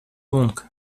lung